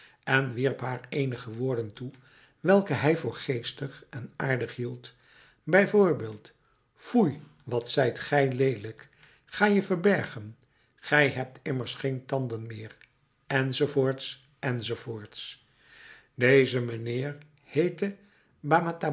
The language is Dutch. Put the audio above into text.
en wierp haar eenige woorden toe welke hij voor geestig en aardig hield bij voorbeeld foei wat zijt gij leelijk ga je verbergen gij hebt immers geen tanden meer enz enz deze mijnheer